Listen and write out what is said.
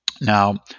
Now